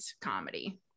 comedy